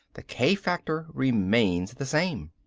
the k-factor remains the same.